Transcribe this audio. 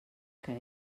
que